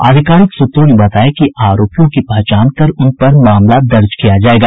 आधिकारिक सूत्रों ने बताया कि आरोपियों की पहचान कर उन पर मामला दर्ज किया जायेगा